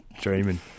Dreaming